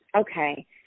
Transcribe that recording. okay